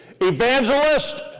evangelist